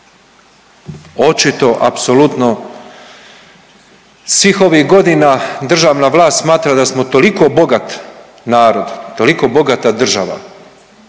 Očito apsolutno svih ovih godina državna vlast smatra da smo toliko bogat narod, toliko bogata država